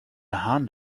hand